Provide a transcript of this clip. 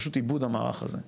פשוט איבוד המערך הזה.